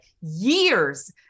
Years